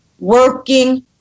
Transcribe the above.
working